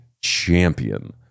champion